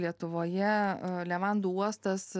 lietuvoje levandų uostas